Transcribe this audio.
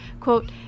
quote